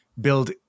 build